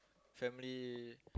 family